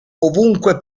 ovunque